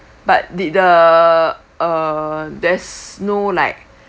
but did the err there's no like